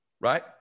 right